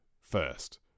first